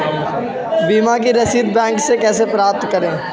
बीमा की रसीद बैंक से कैसे प्राप्त करें?